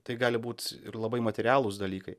tai gali būt ir labai materialūs dalykai